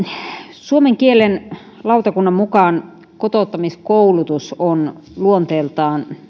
suomen kielen lautakunnan mukaan kotouttamiskoulutus on luonteeltaan